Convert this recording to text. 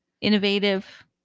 Innovative